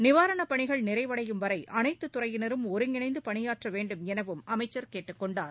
நிவாரணப் பணிகள் நிறைவடையும் வரை அனைத்துத் துறையினரும் ஒருங்கிணைந்து பணியாற்ற வேண்டும் எனவும் அமைச்சர் கேட்டுக்கொண்டார்